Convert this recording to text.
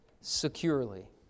securely